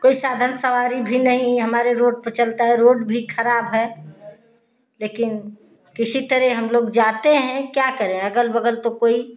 कोई साधन सवारी भी नहीं है हमारे रोड पर चलता है रोड भी खराब है लेकिन किसी तरह हम लोग जाते हैं क्या करें अगल बगल तो कोई